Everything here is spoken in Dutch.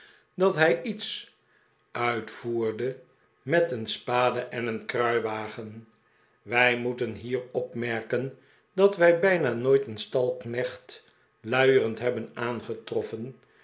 dat hij iets uitvoerde met een spade en een kruiwagen wij moeten hier opmerken dat wij bijna nooit een stalknecht luierend hebben aangetroffen